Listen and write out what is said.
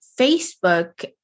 Facebook